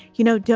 you know know,